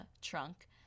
trunk